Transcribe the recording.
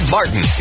Martin